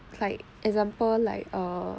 like example like err